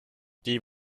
die